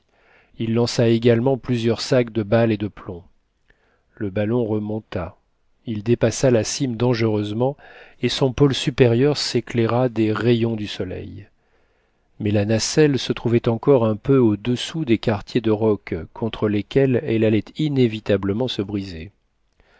il lança également plusieurs sacs de balles et de plomb le ballon remonta il dépassa la cime dangereuse et son pôle supérieur s'éclaira des rayons du soleil mais la nacelle se trouvait encore un peu au-dessous des quartiers de rocs contre lesquels elle allait inévitablement se briser